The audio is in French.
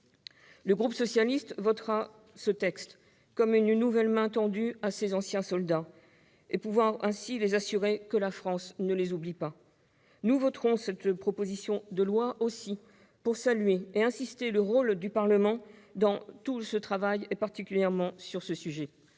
Le groupe socialiste votera ce texte, comme une nouvelle main tendue à ces anciens soldats et pour les assurer que la France ne les oublie pas. Nous voterons cette proposition de loi également pour saluer le rôle du Parlement et souligner son travail, particulièrement sur ce sujet.